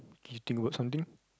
can you think about something